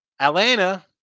Atlanta